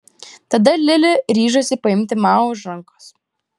tada lili ryžosi paimti mao už rankos